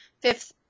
fifth